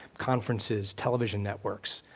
conferences, television networks,